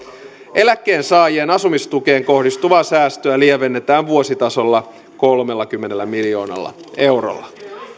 eläkkeensaajien asumistukeen kohdistuvaa säästöä lievennetään vuositasolla kolmellakymmenellä miljoonalla eurolla